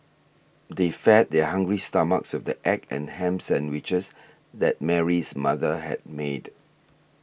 they fed their hungry stomachs with the egg and ham sandwiches that Mary's mother had made